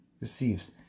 receives